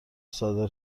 صادر